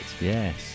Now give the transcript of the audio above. Yes